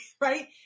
Right